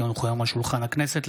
כי הונחו היום על שולחן הכנסת,